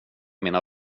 mina